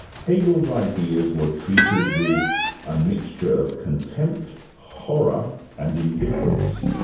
hegel's ideas were treated with a mixture of contempt, horror and indifference.